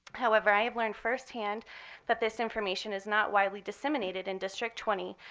however, i have learned firsthand that this information is not widely disseminated in district twenty,